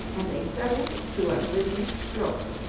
and they settled to a rhythmic stroke.